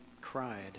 cried